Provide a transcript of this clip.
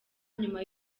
nyuma